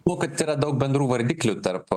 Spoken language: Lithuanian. nu kad yra daug bendrų vardiklių tarp